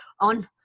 on